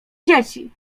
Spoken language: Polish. dzieci